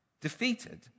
defeated